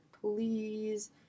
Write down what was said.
please